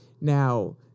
Now